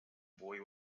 boy